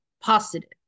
positive